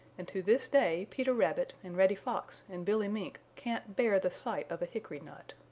and to this day peter rabbit and reddy fox and billy mink can't bear the sight of a hickory nut.